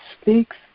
speaks